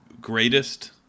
greatest